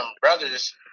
brothers